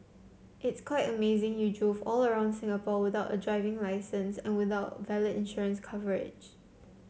it's quite amazing you drove all around Singapore without a driving licence and without valid insurance coverage